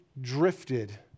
drifted